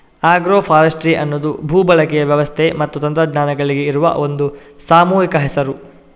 agro forestry ಅನ್ನುದು ಭೂ ಬಳಕೆಯ ವ್ಯವಸ್ಥೆ ಮತ್ತೆ ತಂತ್ರಜ್ಞಾನಗಳಿಗೆ ಇರುವ ಒಂದು ಸಾಮೂಹಿಕ ಹೆಸರು